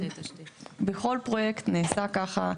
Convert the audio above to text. בכל פרויקט זה נעשה ככה.